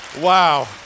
Wow